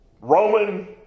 Roman